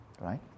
right